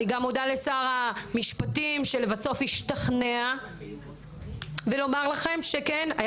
אני גם מודה לשר המשפטים שלבסוף השתכנע ולומר לכם שכן היה